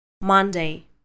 Monday